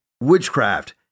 witchcraft